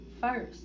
first